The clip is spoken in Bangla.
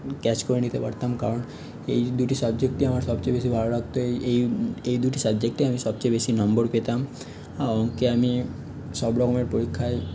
ক্যাচ করে নিতে পারতাম কারণ এই দুটি সাবজেক্টটই আমার সবচেয়ে বেশি ভালো লাগতো এই এই দুটি সাবজেক্টটে আমি সবচেয়ে বেশি নম্বর পেতাম আর অঙ্কে আমি সব রকমের পরীক্ষায়